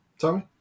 Tommy